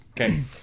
Okay